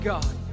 God